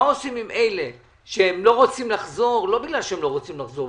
עושים עם אלה שלא רוצים לחזור לא בגלל שהם לא רוצים לחזור,